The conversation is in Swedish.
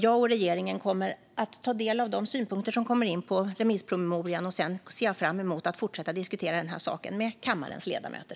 Jag och regeringen kommer att ta del av de synpunkter som kommer in på remisspromemorian. Jag ser fram emot att sedan fortsätta diskutera denna sak med kammarens ledamöter.